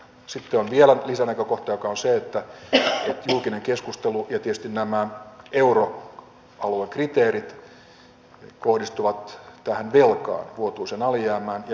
sitten on vielä lisänäkökohta joka on se että julkinen keskustelu ja tietysti nämä euroaluekriteerit kohdistuvat tähän velkaan vuotuiseen alijäämään ja velkaan